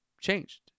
changed